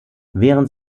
während